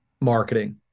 marketing